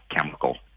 chemical